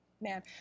Man